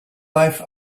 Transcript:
life